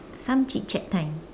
some chit chat time